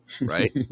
right